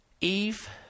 Eve